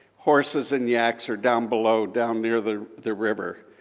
horses and yaks are down below, down near the the river.